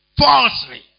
falsely